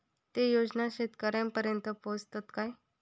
ते योजना शेतकऱ्यानपर्यंत पोचतत काय?